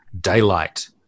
daylight